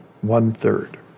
one-third